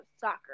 soccer